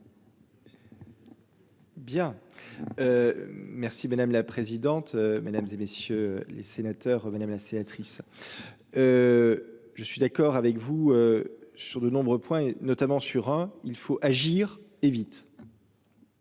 Bien. Merci madame la présidente, mesdames et messieurs les sénateurs, madame la sénatrice. Je suis d'accord avec vous. Sur de nombreux points, notamment sur un il faut agir et vite.